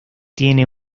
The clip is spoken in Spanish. tiene